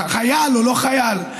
חייל או לא חייל,